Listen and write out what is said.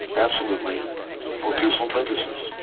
absolutely for peaceful purposes,